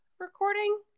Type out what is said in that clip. recording